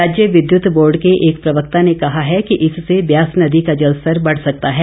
राज्य विद्युत बोर्ड के एक प्रवक्ता ने कहा है कि इससे ब्यास नदी का जलस्तर बढ़ सकता है